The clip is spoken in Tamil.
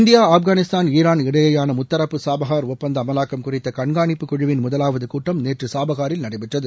இந்தியா ஆப்கானிஸ்தான் ஈரான் இடையேயான முத்தரப்பு சுபகார் ஒப்பந்த அமலாக்கம் குறித்த கண்காணிப்பு குழுவின் முதலாவது கூட்டம் நேற்று சாபகாரில் நடைபெற்றது